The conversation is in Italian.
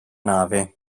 nave